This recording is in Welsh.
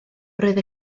roedd